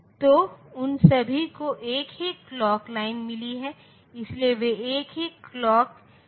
तो उन सभी को एक ही क्लॉक लाइनमिली है इसलिए वे एक ही क्लॉक में काम करते हैं